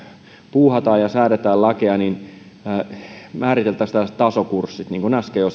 puuhataan ja säädetään lakeja niin määriteltäisiin tällaiset tasokurssit eri puolilta tuleville henkilöille niin kuin äsken jo